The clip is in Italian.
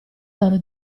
loro